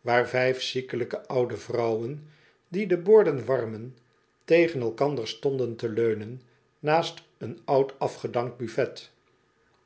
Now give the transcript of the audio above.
waar vijf ziekelijke oude vrouwen die de borden warmen tegen elkander stonden te leunen naast een oud afgedankt buffet